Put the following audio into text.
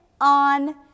on